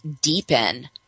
deepen